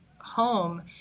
home